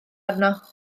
arno